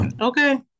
okay